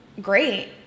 great